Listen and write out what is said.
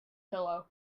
pillow